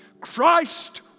Christ